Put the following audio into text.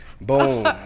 Boom